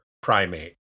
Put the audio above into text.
primate